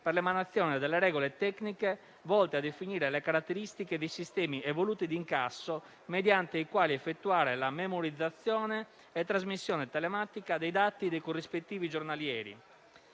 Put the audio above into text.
per l'emanazione delle regole tecniche volte a definire le caratteristiche di sistemi evoluti di incasso mediante i quali effettuare la memorizzazione e la trasmissione telematica dei dati dei corrispettivi giornalieri;